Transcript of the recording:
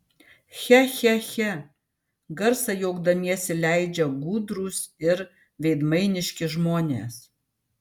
che che che garsą juokdamiesi leidžia gudrūs ir veidmainiški žmonės